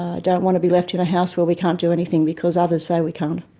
i don't want to be left in a house where we can't do anything because others say we can't.